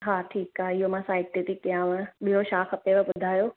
हा ठीकु आहे इहो मां साइड में थी कयांव ॿियो छा खपेव ॿुधायो